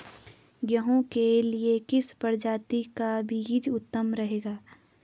गेहूँ के लिए किस प्रजाति का बीज उत्तम रहेगा?